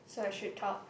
so I should talk